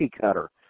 cutter